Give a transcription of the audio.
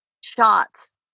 shots